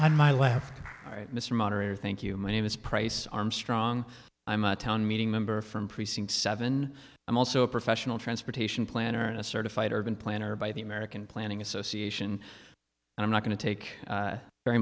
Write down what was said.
right mr moderator thank you my name is price armstrong i'm a town meeting member from precinct seven i'm also a professional transportation planner and a certified urban planner by the american planning association and i'm not going to take very